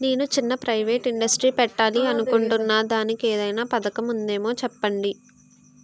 నేను చిన్న private industry పెట్టాలి అనుకుంటున్నా దానికి ఏదైనా పథకం ఉందేమో చెప్పండి?